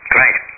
Great